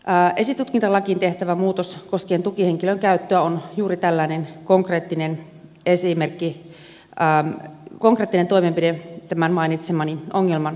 esitutkintalakiin tehtävä muutos koskien tukihenkilön käyttöä on juuri tällainen konkreettinen esimerkki konkreettinen toimenpide tämän mainitsemani ongelman helpottamiseksi